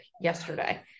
yesterday